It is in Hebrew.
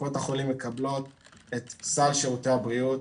קופות החולים מקבלות את סל שירותי הבריאות.